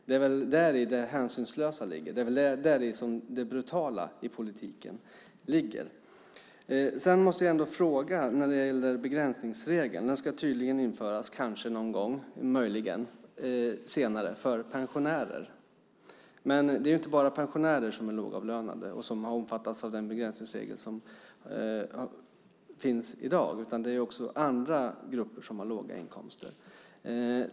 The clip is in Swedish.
Det är där det hänsynslösa ligger. Det är där det brutala i politiken ligger. Jag måste även ställa en fråga om begränsningsregeln. Den ska tydligen införas, kanske någon gång, möjligen senare, för pensionärer. Det är dock inte bara lågavlönade pensionärer som omfattas av den begränsningsregel som finns i dag utan också andra grupper med låga inkomster.